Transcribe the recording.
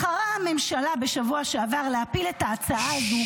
בחרה הממשלה בשבוע שעבר להפיל את ההצעה הזו,